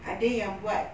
ada yang buat